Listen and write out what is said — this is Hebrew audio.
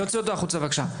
להוציא אותו החוצה, בבקשה.